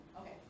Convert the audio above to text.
Okay